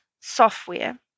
software